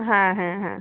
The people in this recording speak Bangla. হ্যাঁ হ্যাঁ হ্যাঁ